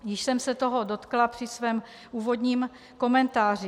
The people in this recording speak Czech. Již jsem se toho dotkla při svém úvodním komentáři.